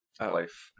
life